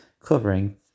covering